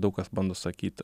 daug kas bando sakyt